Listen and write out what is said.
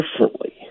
differently